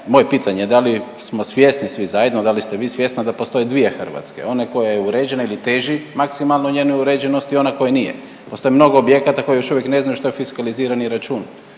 moje pitanje, da li smo svjesni svi zajedno, da li ste vi svjesna da postoje dvije Hrvatske, ona koja je uređena ili teži maksimalno njezinoj uređenosti i ona koja nije? Postoji mnogo objekata koje još uvijek ne znaju što je fiskalizirani račun,